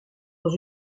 dans